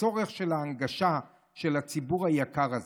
הצורך של ההנגשה של הציבור היקר הזה,